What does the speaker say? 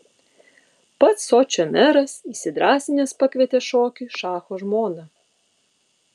pats sočio meras įsidrąsinęs pakvietė šokiui šacho žmoną